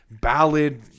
ballad